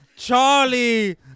Charlie